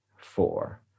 four